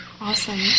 Awesome